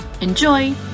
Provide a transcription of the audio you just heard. Enjoy